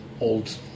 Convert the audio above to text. old